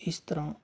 ਇਸ ਤਰ੍ਹਾਂ